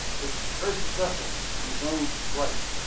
was very successful and his own right.